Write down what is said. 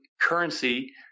currency